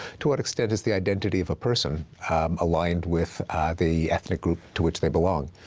to what extent is the identity of a person aligned with the ethnic group to which they belong?